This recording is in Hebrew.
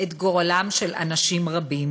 את גורלם של אנשים רבים,